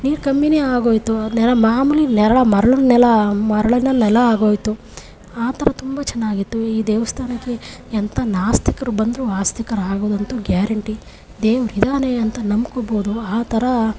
ನೀರು ಕಮ್ಮಿಯೇ ಆಗೋಯಿತು ನೆಲ ಮಾಮೂಲಿ ನೆಲ ಮರುಳಿನ ನೆಲ ಮರುಳಿನ ನೆಲ ಆಗೋಯಿತು ಆ ಥರ ತುಂಬ ಚೆನ್ನಾಗಿತ್ತು ಈ ದೇವಸ್ಥಾನಕ್ಕೆ ಎಂಥ ನಾಸ್ತಿಕರು ಬಂದರೂ ಆಸ್ತಿಕರು ಆಗೋದಂತೂ ಗ್ಯಾರಂಟಿ ದೇವ್ರು ಇದ್ದಾನೆ ಅಂತ ನಂಬ್ಕೊಳ್ಬೋದು ಆ ಥರ